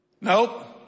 Nope